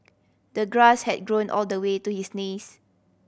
the grass had grown all the way to his knees